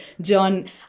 John